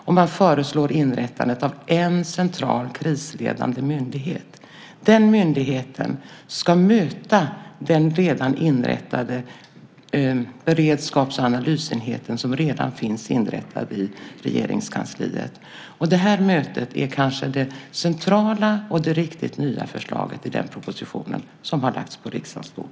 Man föreslår inrättandet av en central krisledande myndighet. Den myndigheten ska möta den redan inrättade beredskaps och analysenheten i Regeringskansliet. Det mötet är kanske det centrala och det riktigt nya förslaget i den proposition som har lagts på riksdagens bord.